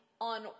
on